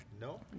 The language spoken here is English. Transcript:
No